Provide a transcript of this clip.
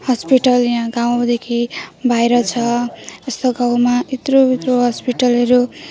hospital यहाँ गाउँदेखि बाहिर छ यस्तो गाउँमा इत्रो इत्रो हस्पिटलहरू